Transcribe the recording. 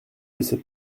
laisser